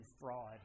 fraud